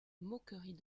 moqueries